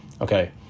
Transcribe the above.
okay